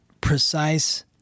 precise